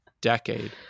decade